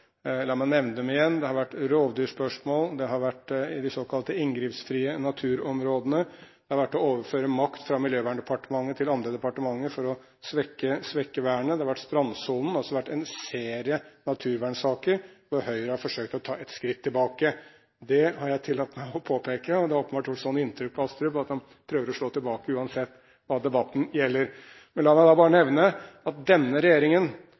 La meg nevne dem igjen. Det gjelder rovdyrspørsmål, det gjelder de såkalt inngrepsfrie naturområdene, det gjelder overføring av makt fra Miljøverndepartementet til andre departementer for å svekke vernet, og det gjelder strandsonen – altså en serie naturvernsaker der Høyre har forsøkt å ta et skritt tilbake. Det har jeg tillatt meg å påpeke, og det har åpenbart gjort sånn inntrykk på Astrup at han prøver å slå tilbake uansett hva debatten gjelder. La meg bare nevne at denne regjeringen